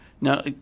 Now